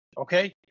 okay